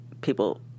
people